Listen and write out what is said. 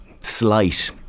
Slight